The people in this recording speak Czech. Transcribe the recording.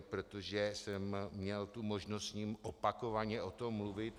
Protože jsem měl tu možnost s ním opakovaně o tom mluvit.